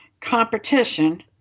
competition